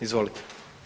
Izvolite.